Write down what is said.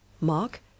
Mark